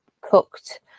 cooked